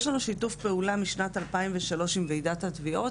יש לנו שיתוף פעולה משנת 2003 עם וועדת התביעות,